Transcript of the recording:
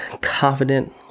confident